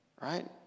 right